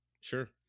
Sure